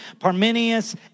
Parmenius